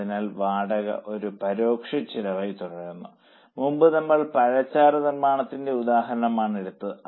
അതിനാൽ വാടക ഒരു പരോക്ഷ ചെലവായി തുടരുന്നു മുമ്പ് നമ്മൾ പഴച്ചാറ് നിർമ്മാണത്തിന്റെ ഉദാഹരണമാണ് എടുത്തത്